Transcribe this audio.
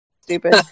stupid